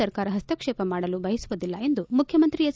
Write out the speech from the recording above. ಸರ್ಕಾರ ಹಸ್ತಕ್ಷೇಪ ಮಾಡಲು ಬಯಸುವುದಿಲ್ಲ ಎಂದು ಮುಖ್ಯಮಂತ್ರಿ ಹೆಚ್